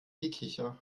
gekicher